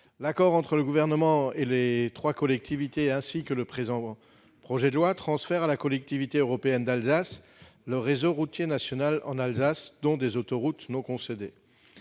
L'accord entre le Gouvernement et les trois collectivités, ainsi que le présent projet de loi, transfèrent à la Collectivité européenne d'Alsace le réseau routier national en Alsace, dont des autoroutes non concédées.